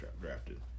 drafted